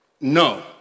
no